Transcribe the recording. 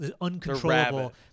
uncontrollable